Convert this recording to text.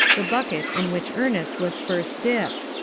the bucket in which ernest was first dipped,